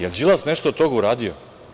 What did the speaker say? Da li je Đilas nešto od toga uradio?